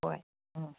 ꯍꯣꯏ ꯎꯝ